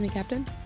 Captain